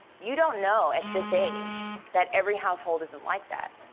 you don't know at this age that every household isn't like that.